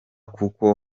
kuko